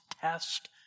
test